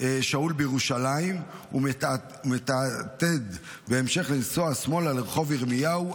שאול בירושלים ומתעתד בהמשך לנסוע שמאלה לרחוב ירמיהו,